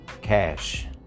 Cash